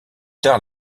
tard